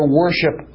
worship